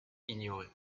ignorer